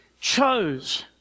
chose